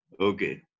Okay